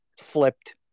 flipped